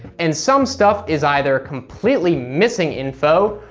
and some stuff is either completely missing info,